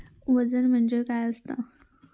वजन म्हणजे काय असता?